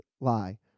lie